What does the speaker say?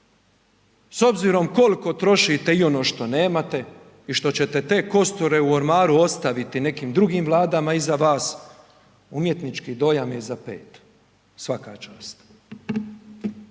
s obzirom koliko trošite i ono što nemate i što ćete te kosture u ormaru ostaviti nekim drugim vladama iza vas, umjetnički dojam je za pet. Svaka čast.